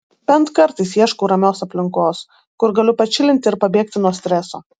bent kartais ieškau ramios aplinkos kur galiu pačilint ir pabėgti nuo streso